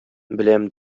беләм